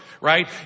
right